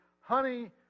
honey